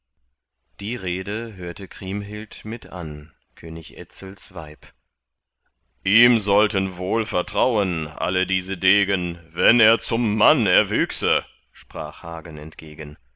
die rede hörte kriemhild mit an könig etzels weib ihm sollten wohl vertrauen alle diese degen wenn er zum mann erwüchse sprach hagen entgegen